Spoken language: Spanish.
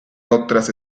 otras